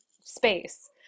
space